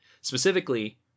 Specifically